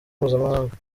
mpuzamahanga